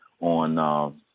on